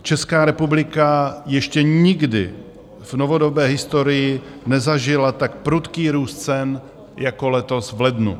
Česká republika ještě nikdy v novodobé historii nezažila tak prudký růst cen jako letos v lednu.